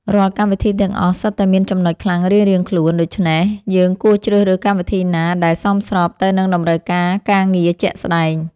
រាល់កម្មវិធីទាំងអស់សុទ្ធតែមានចំណុចខ្លាំងរៀងៗខ្លួន ដូច្នេះយើងគួរជ្រើសរើសកម្មវិធីណាដែលសមស្របទៅនឹងតម្រូវការការងារជាក់ស្តែង។